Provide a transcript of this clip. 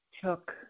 took